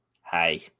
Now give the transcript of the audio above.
Hi